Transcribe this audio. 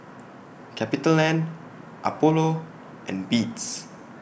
CapitaLand Apollo and Beats